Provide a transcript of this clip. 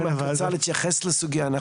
אם את רוצה להתייחס לסוגייה,